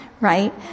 Right